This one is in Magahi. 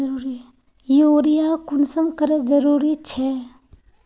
यूरिया कुंसम करे जरूरी छै?